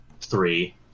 three